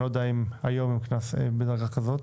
אני לא יודע אם היום הן בדרגה כזאת.